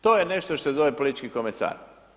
To je nešto što se zove politički komesar.